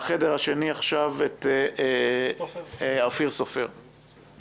מהחדר השני נשמע עכשיו את אופיר סופר, בבקשה.